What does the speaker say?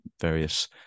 various